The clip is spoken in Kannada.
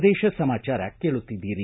ಪ್ರದೇಶ ಸಮಾಚಾರ ಕೇಳುತ್ತಿದ್ದೀರಿ